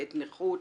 לעת נכות,